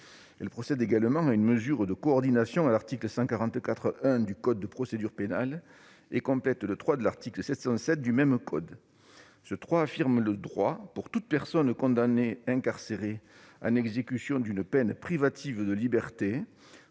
Il procède également à une mesure de coordination à l'article 144-1 du code de procédure pénale et complète le paragraphe III de l'article 707 du même code. Ce paragraphe III affirme le droit, pour toute personne condamnée incarcérée en exécution d'une peine privative de liberté,